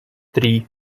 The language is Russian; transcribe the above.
три